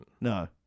No